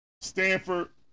Stanford